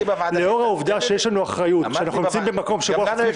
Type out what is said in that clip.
לאור העובדה שיש לנו היום אחריות -- גם לנו יש אחריות.